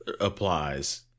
applies